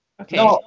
okay